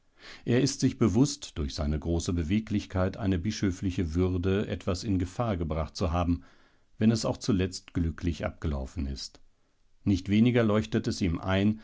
er ist sich bewußt durch seine große beweglichkeit seine bischöfliche würde etwas in gefahr gebracht zu haben wenn es auch zuletzt glücklich abgelaufen ist nicht weniger leuchtet es ihm ein